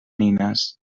nines